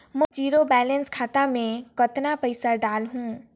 मोर zero balance खाता मे कतना पइसा डाल हूं?